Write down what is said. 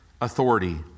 authority